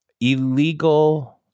illegal